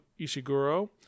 Ishiguro